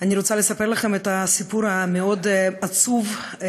אני רוצה לספר לכם את הסיפור העצוב מאוד,